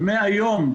ומהיום,